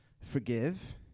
forgive